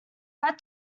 had